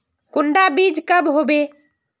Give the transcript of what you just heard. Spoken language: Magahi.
कुंडा बीज कब होबे?